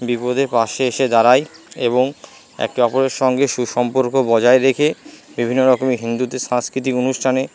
বিপদে পাশে এসে দাঁড়ায় এবং একে অপরের সঙ্গে সুসম্পর্ক বজায় রেখে বিভিন্ন রকমের হিন্দুদের সাংস্কৃতিক অনুষ্ঠানে